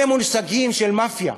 אלה מושגים של מאפיה,